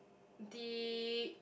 the